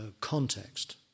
context